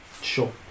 Sure